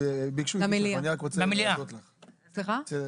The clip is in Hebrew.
ביקשו, אני רוצה רק להודות, אפשר?